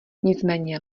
nicméně